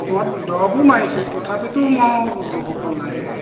কমত দৰবো মাৰিছোঁ তথাপিতো মই বহু ফল নাই পোৱা